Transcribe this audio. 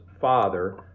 father